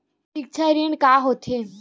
सिक्छा ऋण का होथे?